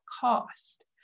cost